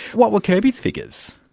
what were kirby's figures?